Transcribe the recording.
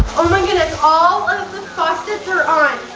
oh my goodness, all of the faucets are on.